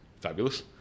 fabulous